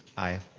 aye.